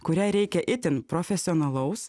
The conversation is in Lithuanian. kuriai reikia itin profesionalaus